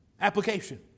application